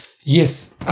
yes